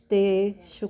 ਅਤੇ ਸੁ